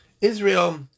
Israel